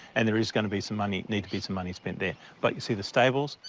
and there is gonna be some money need to be some money spent there. but you see the stables.